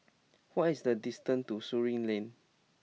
what is the distance to Surin Lane